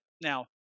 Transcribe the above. now